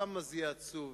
כמה זה יהיה עצוב